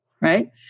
Right